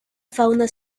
fauna